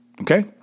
Okay